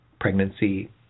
Pregnancy